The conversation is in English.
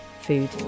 food